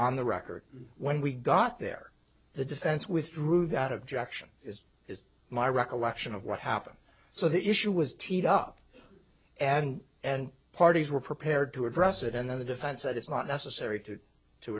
on the record when we got there the defense withdrew that objection is it's my recollection of what happened so the issue was teed up and and parties were prepared to address it and then the defense said it's not necessary to to